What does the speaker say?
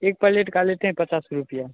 एक पलेट का लेते हैं पचास रुपया